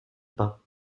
pas